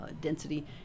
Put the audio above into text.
density